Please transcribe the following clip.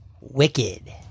Wicked